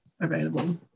available